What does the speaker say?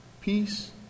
Peace